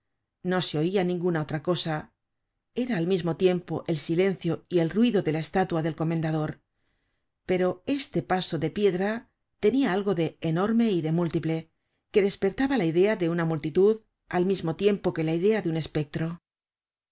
no se oia ninguna otra cosa era al mismo tiempo el silencio y el ruido de la estatua del comendador pero este paso de piedra tenia algo de enorme y de múltiple que despertaba la idea de una multitud al mismo tiempo que la idea de un espectro